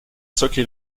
socle